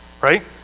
right